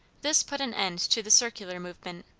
this put an end to the circular movement.